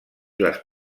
les